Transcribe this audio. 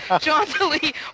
jauntily